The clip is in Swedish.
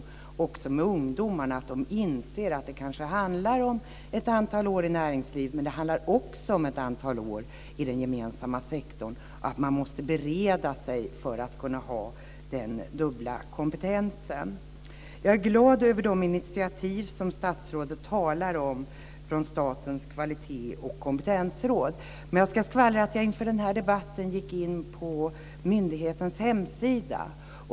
Det är också viktigt med ungdomarna; att de inser att det kanske handlar om ett antal år i näringslivet men också om ett antal år i den gemensamma sektorn och att man måste bereda sig för att kunna ha den dubbla kompetensen. Jag är glad över de initiativ som statsrådet talar om från Statens kvalitets och kompetensråd. Men jag ska skvallra om att jag inför den här debatten gick in på myndighetens hemsida.